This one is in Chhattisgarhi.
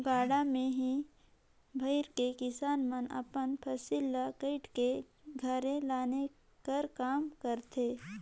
गाड़ा मे ही भइर के किसान मन अपन फसिल ल काएट के घरे लाने कर काम करथे